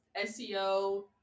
SEO